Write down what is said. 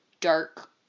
dark